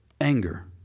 Anger